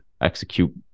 execute